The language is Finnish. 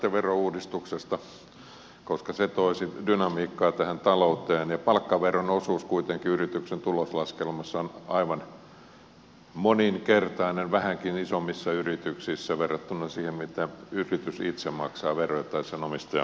aloittakaa sitten verouudistuksesta koska se toisi dynamiikkaa tähän talouteen ja palkkaveron osuus kuitenkin yrityksen tuloslaskelmassa on aivan moninkertainen vähänkin isommissa yrityksissä verrattuna siihen mitä yritys itse maksaa veroja tai sen omistaja maksaa veroja